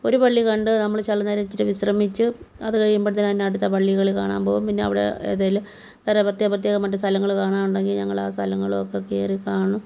ഒരു പള്ളി കണ്ടു നമ്മൾ ചിലനേരം ഇച്ചിരി വിശ്രമിച്ച് അതു കഴിയുമ്പോഴത്തേക്ക് അതിനടുത്ത പള്ളികൾ കാണാൻ പോകും പിന്നെ അവിടെ ഏതെങ്കിലും വേറെ പ്രത്യേകം പ്രത്യേകമായിട്ട് സ്ഥലങ്ങൾ കാണാനുണ്ടെങ്കിൽ ഞങ്ങൾ ആ സ്ഥലങ്ങൾ ഒക്കെ കയറിക്കാണും